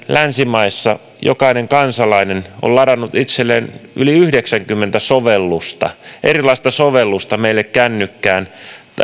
länsimaissa jokainen kansalainen on ladannut itselleen keskimäärin yli yhdeksänkymmentä sovellusta erilaista sovellusta meille kännykkään